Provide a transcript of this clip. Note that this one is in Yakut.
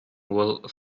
уол